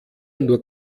nur